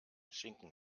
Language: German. schinken